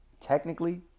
technically